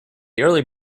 early